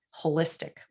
holistic